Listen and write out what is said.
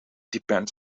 depends